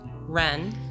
Ren